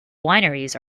wineries